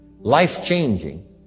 Life-changing